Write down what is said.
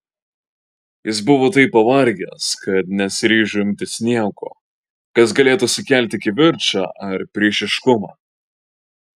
jis buvo taip pavargęs kad nesiryžo imtis nieko kas galėtų sukelti kivirčą ar priešiškumą